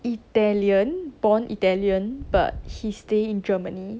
italian born italian but he stay in germany